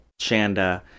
Shanda